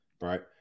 Right